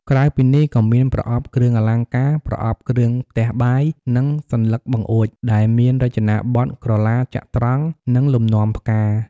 ក្រៅពីនេះ ក៏មានប្រអប់គ្រឿងអលង្ការ, ប្រអប់គ្រឿងផ្ទះបាយ, និងសន្លឹកបង្អួច ដែលមានរចនាបថក្រឡាចត្រង្គ និងលំនាំផ្កា។